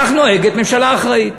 כך נוהגת ממשלה אחראית.